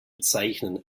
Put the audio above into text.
zeichnen